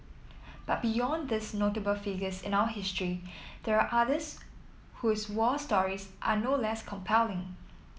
but beyond these notable figures in our history there are others whose war stories are no less compelling